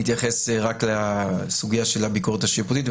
-- להתייחס רק לסוגיה של הביקורת השיפוטית,